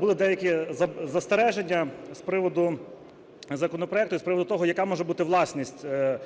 були деякі застереження з приводу законопроекту і з приводу того, яка може бути власність відповідно